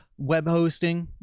web hosting.